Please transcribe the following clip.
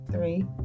Three